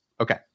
Okay